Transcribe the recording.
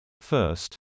First